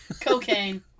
Cocaine